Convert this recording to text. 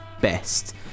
best